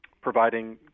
providing